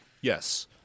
Yes